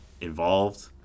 involved